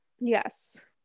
yes